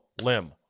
limb